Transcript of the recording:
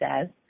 says